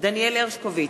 דניאל הרשקוביץ,